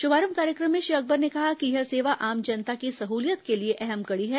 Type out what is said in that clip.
शुभारंभ कार्यक्रम में श्री अकबर ने कहा कि यह सेवा आम जनता की सहूलियत के लिए अहम कड़ी है